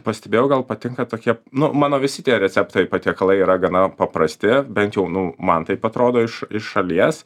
pastebėjau gal patinka tokie nu mano visi tie receptai patiekalai yra gana paprasti bent jau nu man taip atrodo iš iš šalies